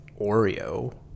Oreo